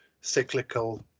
cyclical